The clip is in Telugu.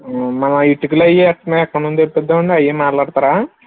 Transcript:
మరి ఆ ఇటుకలు అవి ఎక్కడ నుండి తెప్పిద్దాం అండి అవి మాట్లాడతారా